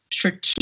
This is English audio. strategic